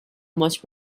much